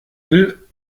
will